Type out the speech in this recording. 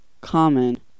common